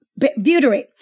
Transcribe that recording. butyrate